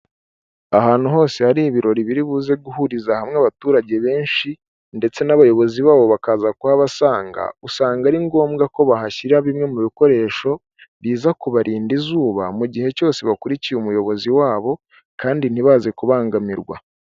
Ahantu hose hari ibirori biri buze guhuriza hamwe abaturage benshi ndetse n'abayobozi babo bakaza kuhabasanga, usanga ari ngombwa ko bahashyira bimwe mu bikoresho biza kubarinda izuba mu gihe cyose bakurikiye umuyobozi wabo kandi ntibaze kubangamirwa.